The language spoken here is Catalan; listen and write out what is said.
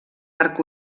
arc